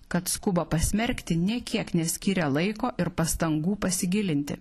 kad skuba pasmerkti nė kiek neskyrę laiko ir pastangų pasigilinti